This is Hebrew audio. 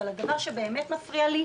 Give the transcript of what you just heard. אבל הדבר שבאמת מפריע לי,